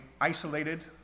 isolated